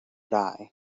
die